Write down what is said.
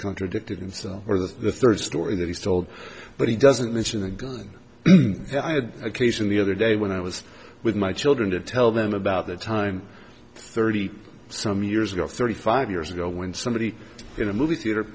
contradicted himself or the third story that he's told but he doesn't mention the gun i had occasion the other day when i was with my children to tell them about the time thirty some years ago thirty five years ago when somebody in a movie theater